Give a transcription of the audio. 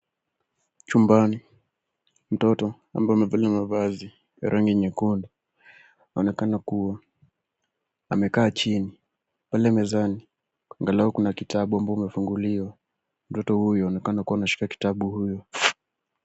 Chumbani. Mtoto ambaye amevalia mavazi ya rangi nyekundu anaonekana kuwa amekaa chini pale mezani angalau kuna kitabu ambao umefunguliwa. Mtoto huyo anaonekana kuwa ameshika kitabu huyo.